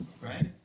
Right